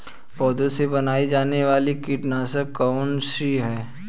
पौधों से बनाई जाने वाली कीटनाशक कौन सी है?